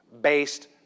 based